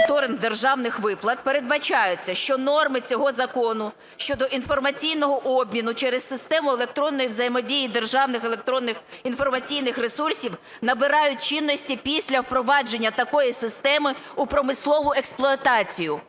моніторинг державних виплат" передбачається, що норми цього закону щодо інформаційного обміну через систему електронної взаємодії державних електронних інформаційних ресурсів набирають чинності після впровадження такої системи у промислову експлуатацію.